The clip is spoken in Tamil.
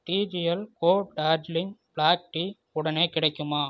டிஜிஎல் கோ டார்ஜிலிங் பிளாக் டீ உடனே கிடைக்குமா